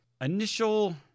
initial